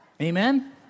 Amen